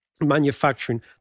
manufacturing